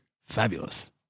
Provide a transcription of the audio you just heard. Fabulous